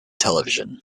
television